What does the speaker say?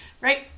right